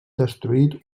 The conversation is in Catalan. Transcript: destruït